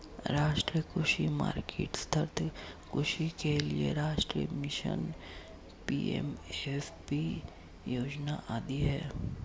राष्ट्रीय कृषि मार्केट, सतत् कृषि के लिए राष्ट्रीय मिशन, पी.एम.एफ.बी योजना आदि है